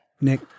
Nick